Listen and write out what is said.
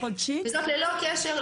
וזאת ללא קשר,